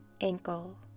ankle